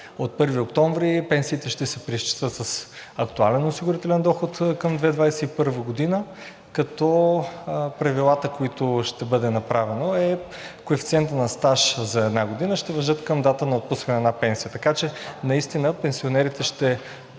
от 1 октомври пенсиите ще се преизчислят от актуален осигурителен доход към 2021 г., като правилата, по които ще бъде направено, е коефициентът за стаж за една година ще бъде към датата на отпускането на пенсията. Наистина пенсионерите ще